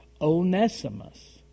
Onesimus